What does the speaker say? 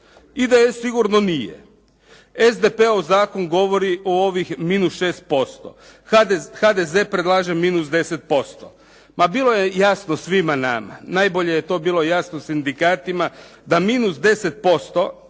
IDS sigurno nije. SPD-ov zakon govori o ovih minus 6%. HDZ predlaže minus 10%. Ma bilo je jasno svima vama, najbolje je to bilo jasno sindikatima da minus 10%